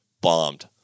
bombed